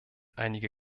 einige